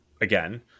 again